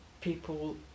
people